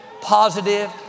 positive